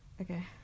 okay